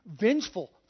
vengeful